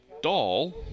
doll